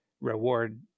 reward